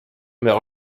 mais